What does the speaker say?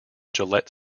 gillette